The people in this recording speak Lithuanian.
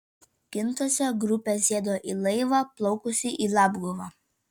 kintuose grupė sėdo į laivą plaukusį į labguvą